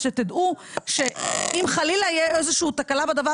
שתדעו שאם חלילה תהיה איזה שהיא תקלה בדבר